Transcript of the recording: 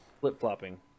flip-flopping